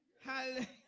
Hallelujah